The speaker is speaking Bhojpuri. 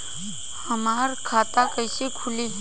हमार खाता कईसे खुली?